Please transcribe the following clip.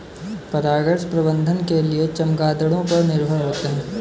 परागण प्रबंधन के लिए चमगादड़ों पर निर्भर होते है